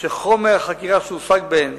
שחומר החקירה שהושג בהן